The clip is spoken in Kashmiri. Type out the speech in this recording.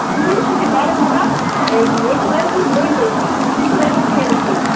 وُنکیٚنَس چھُ تُہۍ باراموٗلا ییٚتہِ چھُ نٔزدیٖک سُہ تہِ چھُ واریاہ فیمَس ییٚتہِ